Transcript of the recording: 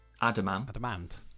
Adamant